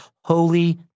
holy